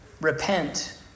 repent